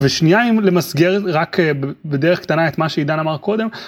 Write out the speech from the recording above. ושנייה אם למסגר רק בדרך קטנה את מה שעידן אמר קודם.